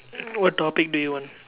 what topic do you want